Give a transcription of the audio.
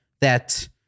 that-